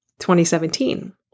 2017